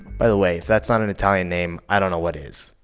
by the way, if that's not an italian name, i don't know what is.